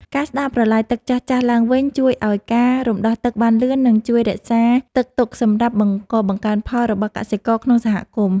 ការស្តារប្រឡាយទឹកចាស់ៗឡើងវិញជួយឱ្យការរំដោះទឹកបានលឿន និង ជួយរក្សាទឹកទុកសម្រាប់បង្កបង្កើនផលរបស់កសិករក្នុងសហគមន៍។